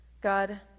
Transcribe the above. God